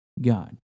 God